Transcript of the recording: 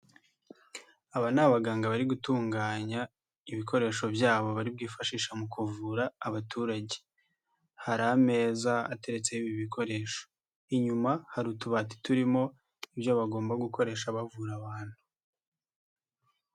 Aba ni abaganga bari gutunganya ibikoresho byabo bari bwifashisha mu kuvura abaturage, hari ameza ateretseho ibi bikoresho, inyuma hari utubati turimo ibyo bagomba gukoresha bavura abantu.